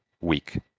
week